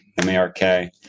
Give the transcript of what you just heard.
M-A-R-K